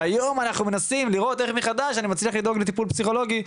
שהיום אנחנו מנסים לראות איך מחדש אני מצליח לדאוג לטיפול פסיכולוגי,